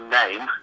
name